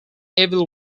evil